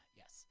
yes